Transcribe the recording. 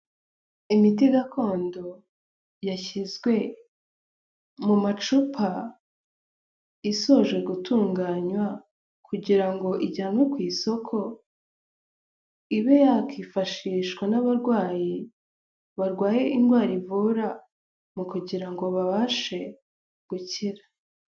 Imiti gakondo yashyizwe mu macupa isoje gutunganywa kugira ngo ijyanwe ku isoko ibe yakwifashishwa n'abarwayi barwaye indwara ivura mu kugira ngo babashe gukira.